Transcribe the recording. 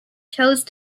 chose